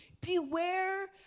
beware